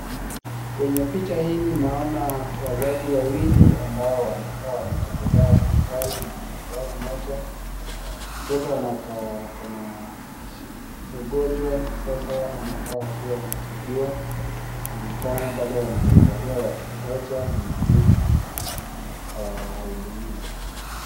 Kwenye picha hili naona wazazi wawili ambao wanakaa wametembelea hospitali na mtoto wao moja mtoto anakaa ako na ugonjwa sasa anafaa akue anatibiwa na ni kama bado wanamwangalia wakingoja mhudumu awahudumia